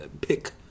pick